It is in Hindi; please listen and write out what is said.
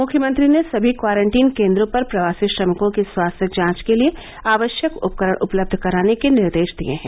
मुख्यमंत्री ने सभी क्वारंटीन केंद्रों पर प्रवासी श्रमिकों की स्वास्थ्य जांच के लिए आवश्यक उपकरण उपलब्ध कराने के निर्देश दिए हैं